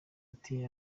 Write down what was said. ati